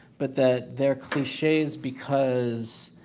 but that they're cliches because